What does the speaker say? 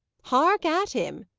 hark at him!